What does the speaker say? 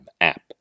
app